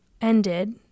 ended